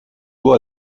l’eau